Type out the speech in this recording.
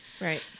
Right